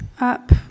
up